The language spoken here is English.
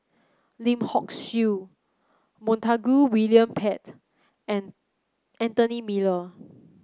Lim Hock Siew Montague William Pett and Anthony Miller